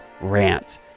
rant